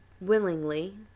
willingly